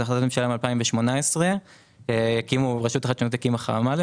אנחנו יודעים שעד 2018 רשות החדשנות הקימה חממה.